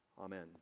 Amen